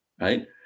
right